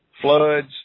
floods